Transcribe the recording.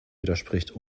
widerspricht